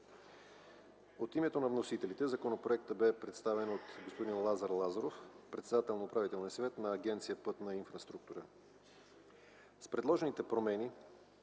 От името на вносителите законопроекта бе представен от господин Лазар Лазаров – председател на Управителния съвет на Агенция „Пътна инфраструктура”. С предложените промени